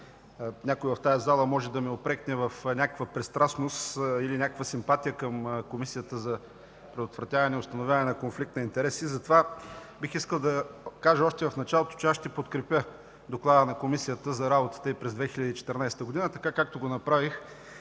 някой от тази зала може да ме упрекне в някаква пристрастност или в симпатия към Комисията за предотвратяване и установяване на конфликт на интереси, затова още в началото бих искал да кажа, че ще подкрепя доклада на Комисията за работата й през 2014 г., както го направих